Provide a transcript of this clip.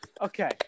Okay